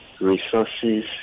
resources